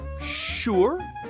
Sure